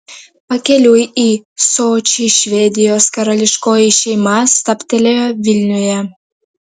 pakeliui į sočį švedijos karališkoji šeima stabtelėjo vilniuje